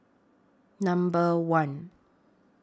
Number one